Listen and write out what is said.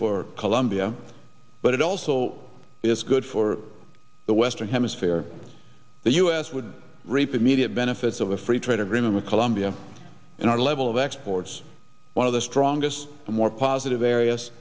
for colombia but it also it's good for the western hemisphere the u s would reap immediate benefits of a free trade agreement with colombia and our level of exports one of the strongest and more positive areas